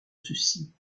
ceci